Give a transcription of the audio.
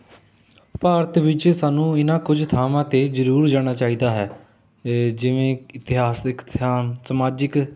ਭਾਰਤ ਵਿੱਚ ਸਾਨੂੰ ਇਹਨਾਂ ਕੁਝ ਥਾਵਾਂ 'ਤੇ ਜ਼ਰੂਰ ਜਾਣਾ ਚਾਹੀਦਾ ਹੈ ਏ ਜਿਵੇਂ ਇਤਿਹਾਸਕ ਸਥਾਨ ਸਮਾਜਿਕ